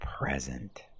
present